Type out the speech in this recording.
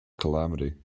calamity